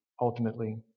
ultimately